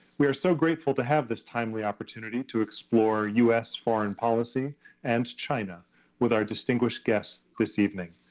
we are so grateful to have this timely opportunity to explore us foreign policy and china with our distinguished guests this evening.